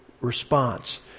response